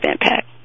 impact